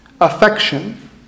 affection